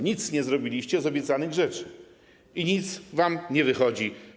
Nic nie zrobiliście z obiecanych rzeczy i nic wam nie wychodzi.